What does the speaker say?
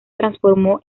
transformó